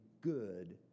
good